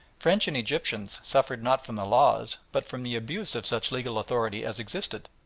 french and egyptians suffered not from the laws, but from the abuse of such legal authority as existed.